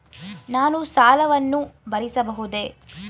ನಾನು ಸಾಲವನ್ನು ಭರಿಸಬಹುದೇ?